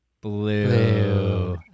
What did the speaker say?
Blue